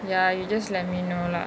ya you just let me know lah